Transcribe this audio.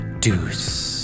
Deuce